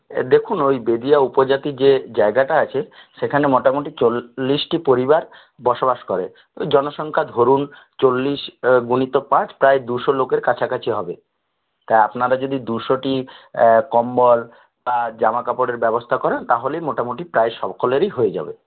দেখুন ওই বেদিয়া উপজাতির যে জায়গাটা আছে সেখানে মোটামোটি চল্লিশটি পরিবার বসবাস করে ওই জনসংখ্যা ধরুন চল্লিশ গুণিত পাঁচ প্রায় দুশো লোকের কাছাকাছি হবে তা আপনারা যদি দুশোটি কম্বল আর জামাকাপড়ের ব্যবস্থা করেন তাহলেই মোটামোটি প্রায় সকলেরই হয়ে যাবে